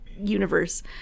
universe